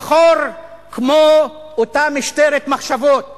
שחור כמו אותה משטרת מחשבות